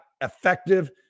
effective